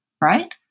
right